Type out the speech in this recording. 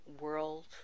world